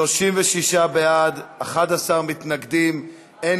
ההצעה להעביר את הצעת חוק ביטוח בריאות ממלכתי (תיקון,